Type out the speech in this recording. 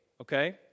okay